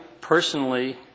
personally